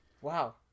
Wow